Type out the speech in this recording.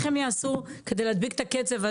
מה הם יעשו כדי להדביק את הקצב?